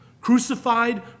crucified